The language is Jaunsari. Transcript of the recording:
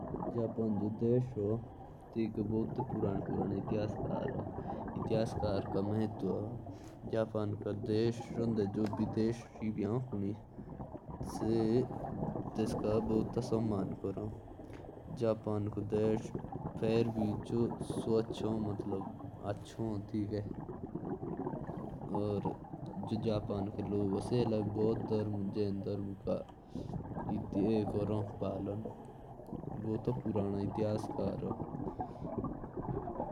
जापान देश ह, व्हा जादा इतिहासकार ह। ओर व्हा अगर कोई विदेशी आएगा तो उनका जादा सम्मान रखते ह।